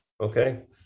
Okay